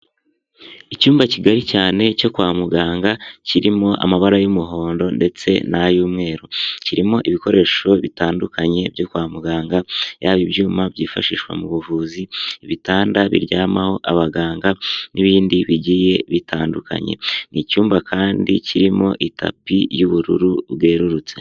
Icyumba kigari cyane cyo kwa muganga kirimo amabara y'umuhondo ndetse n'ay'umweru, kirimo ibikoresho bitandukanye byo kwa muganga, yaba ibyuma byifashishwa mu buvuzi, ibitanda biryamaho abaganga n'ibindi bigiye bitandukanye n'icyumba kandi kirimo itapi y'ubururu bwerurutse.